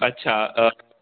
अच्छा अ